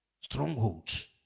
Strongholds